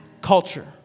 culture